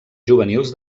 juvenils